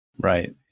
right